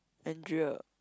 Andrea